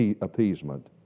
appeasement